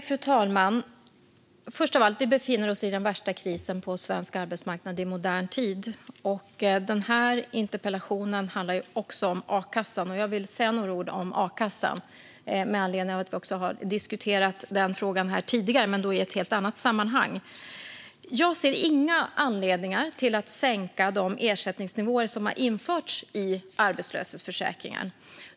Fru talman! Först av allt: Vi befinner oss i den värsta krisen på svensk arbetsmarknad i modern tid. Interpellationen handlar också om a-kassan. Jag vill säga några ord om a-kassan med anledning av att vi har diskuterat den frågan här tidigare men då i ett helt annat sammanhang. Jag ser inga anledningar att sänka de ersättningsnivåer som har införts i arbetslöshetsförsäkringen.